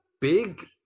big